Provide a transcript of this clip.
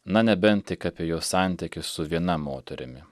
na nebent tik apie jo santykius su viena moterimi